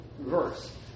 verse